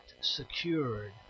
secured